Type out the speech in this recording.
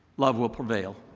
love will prevail.